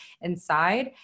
inside